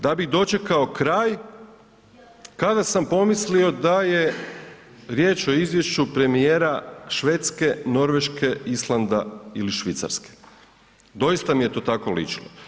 Da bih dočekao kraj kada sam pomislio da je riječ o izvješću premijera Švedske, Norveške, Islanda ili Švicarske, doista mi je to tako ličilo.